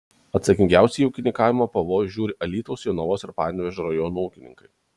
atsakingiausiai į ūkininkavimo pavojus žiūri alytaus jonavos ir panevėžio rajonų ūkininkai